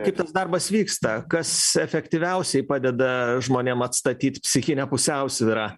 kaip tas darbas vyksta kas efektyviausiai padeda žmonėm atstatyt psichinę pusiausvyrą